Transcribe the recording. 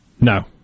No